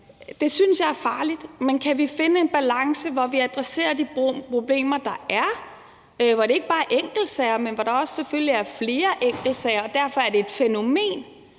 Det synes jeg er farligt. Men jeg synes, man skal finde en balance, hvor vi adresserer de problemer, der er, og som ikke bare er enkeltsager, men hvor der selvfølgelig også er flere enkeltsager og det derfor er et fænomen,